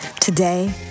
today